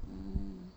mm